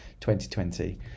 2020